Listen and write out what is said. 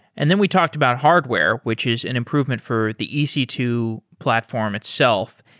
and then we talked about hardware, which is an improvement for the e c two platform itself.